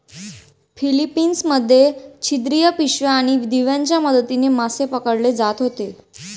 Philippines मध्ये छिद्रित पिशव्या आणि दिव्यांच्या मदतीने मासे पकडले जात होते